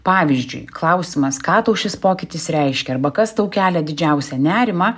pavyzdžiui klausimas ką tau šis pokytis reiškia arba kas tau kelia didžiausią nerimą